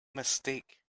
mistake